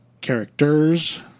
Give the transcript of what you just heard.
Characters